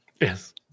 Yes